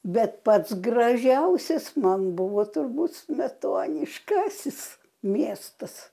bet pats gražiausias man buvo turbūt smetoniškasis miestas